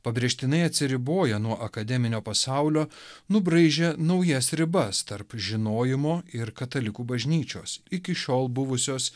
pabrėžtinai atsiriboja nuo akademinio pasaulio nubraižę naujas ribas tarp žinojimo ir katalikų bažnyčios iki šiol buvusios